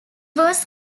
was